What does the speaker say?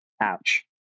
Ouch